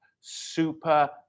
super